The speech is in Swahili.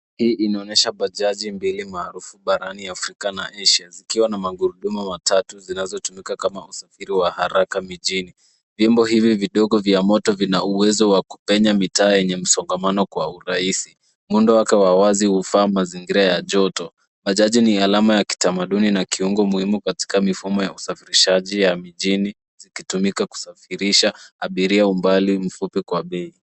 Hii inaoyesha bajazi mbili maarufu barani Afrika na Asia, zikiwa na magurudumu matatu, zinazotumika kama usafiri wa haraka mijini. Vyombo hivi vidogo vya moto vina uwezo wa kupenya mitaa yenye msongamano kwa urahisi. Muundo wake wa wazi hufaa mazingira ya joto. Bajaji ni alama ya kitamaduni na kiungo muhimu katika mifumo ya usafirishaji ya mijini, zikitumika kusafirisha abiria umbali mfupi kwa bei.